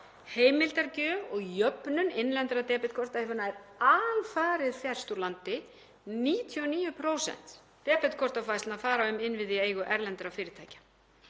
Heimildagjöf og jöfnun innlendra debetkorta hefur nær alfarið færst úr landi og 99% debetkortafærslna fara um innviði í eigu erlendra fyrirtækja.